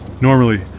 Normally